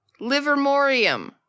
Livermorium